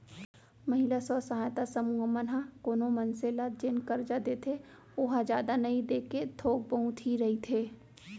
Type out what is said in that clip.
महिला स्व सहायता समूह मन ह कोनो मनसे ल जेन करजा देथे ओहा जादा नइ देके थोक बहुत ही रहिथे